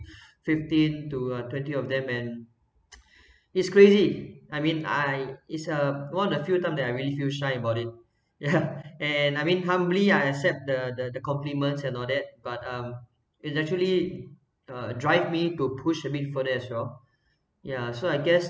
fifteen to twenty of them and it's crazy I mean I it's a one of the few time that I really feel shy about it yeah and I mean humbly ah I accept the the the compliments and all that but um it is actually uh drive me to push a bit further as well yeah so I guess